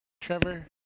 Trevor